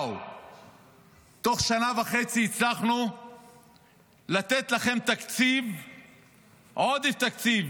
תוך שנה וחצי הצלחנו לתת לכם עוד תקציב,